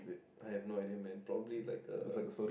I have no idea man probably like a